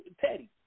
Teddy